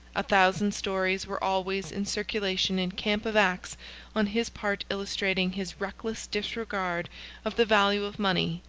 a thousand stories were always in circulation in camp of acts on his part illustrating his reckless disregard of the value of money,